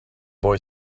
boy